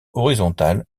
horizontales